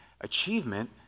achievement